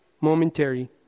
momentary